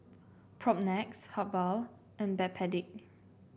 Propnex Habhal and Backpedic